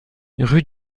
rue